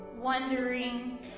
wondering